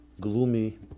gloomy